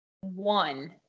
One